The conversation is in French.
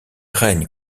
règne